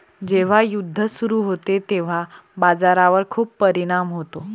जेव्हा युद्ध सुरू होते तेव्हा बाजारावर खूप परिणाम होतो